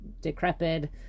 decrepit